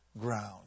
ground